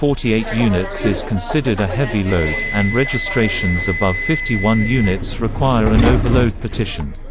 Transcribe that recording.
forty eight units is considered a heavy load, and registrations above fifty one units require an overload petition.